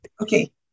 okay